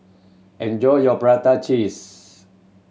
enjoy your prata cheese